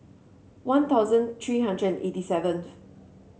One Thousand three hundred and eighty seventh